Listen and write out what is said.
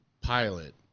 pilot